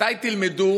מתי תלמדו